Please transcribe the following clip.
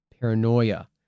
paranoia